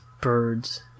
birds